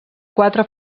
quatre